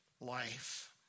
life